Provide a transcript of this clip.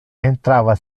entrava